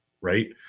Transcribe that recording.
right